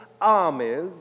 armies